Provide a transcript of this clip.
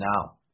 now